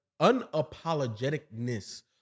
unapologeticness